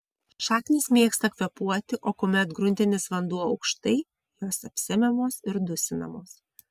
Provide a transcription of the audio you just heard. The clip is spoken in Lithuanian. šaknys mėgsta kvėpuoti o kuomet gruntinis vanduo aukštai jos apsemiamos ir dusinamos